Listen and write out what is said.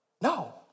No